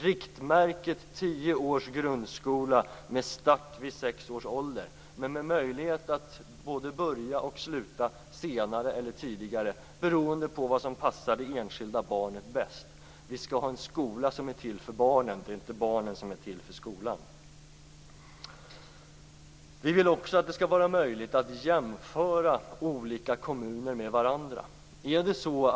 Riktmärket skall vara tio års grundskola med start vid sex års ålder men med möjlighet att både börja och sluta senare eller tidigare, beroende på vad som passar det enskilda barnet bäst. Vi skall ha en skola som är till för barnen; det är inte barnen som är till för skolan. Vi vill också att det skall vara möjligt att jämföra olika kommuner med varandra.